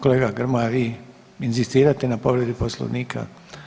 Kolega Grmoja, vi inzistirate na povredi Poslovnika?